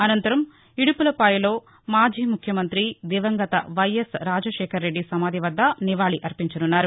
అనంతరం ఇదుపులపాయలో మాజీ ముఖ్యమంతి దివంగత వైఎస్ రాజశేఖరరెడ్డి సమాధి వద్ద నివాళి అర్పించనున్నారు